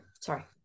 Sorry